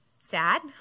sad